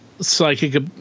psychic